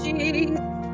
Jesus